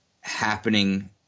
happening